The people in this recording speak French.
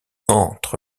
entre